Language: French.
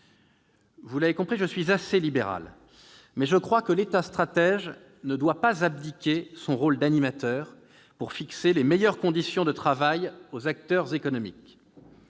Vous l'avez compris, je suis assez libéral, mais je crois que l'État stratège ne doit pas abdiquer son rôle d'animateur pour fixer les meilleures conditions de travail aux acteurs économiques.